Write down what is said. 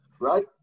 right